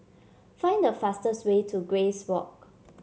find the fastest way to Grace Walk